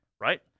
Right